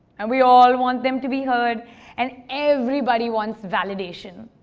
and we all want them to be heard and everybody wants validation.